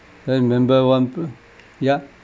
then remember one p~ yeah